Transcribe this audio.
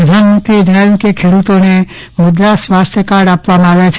પ્રધાનમંત્રીએ જણાવ્યું છે કે ખેડૂતોને મુદ્રા સ્વાસ્થ્ય કાર્ડ આપવામાં આવ્યા છે